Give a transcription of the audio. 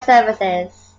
services